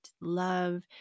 love